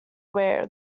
where